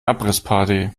abrissparty